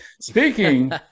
Speaking